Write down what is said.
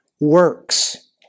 works